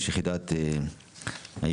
ראש יחידת IBD,